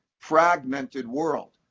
fragmented world.